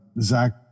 zach